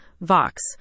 vox